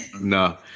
No